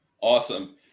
Awesome